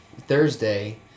Thursday